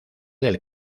del